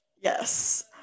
Yes